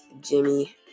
Jimmy